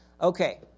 Okay